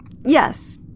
Yes